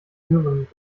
höheren